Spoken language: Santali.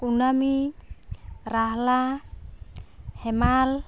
ᱠᱩᱱᱟᱢᱤ ᱨᱟᱦᱞᱟ ᱦᱮᱢᱟᱞ